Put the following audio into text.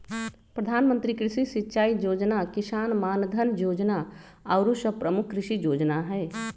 प्रधानमंत्री कृषि सिंचाई जोजना, किसान मानधन जोजना आउरो सभ प्रमुख कृषि जोजना हइ